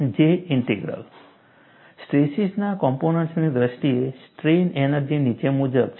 J integral સ્ટ્રેસીસના કોમ્પોનન્ટ્સની દ્રષ્ટિએ સ્ટ્રેઇન એનર્જી નીચે મુજબ છે